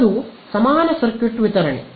ಅದು ಸಮಾನ ಸರ್ಕ್ಯೂಟ್ ವಿತರಣೆ